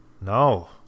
No